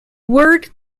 word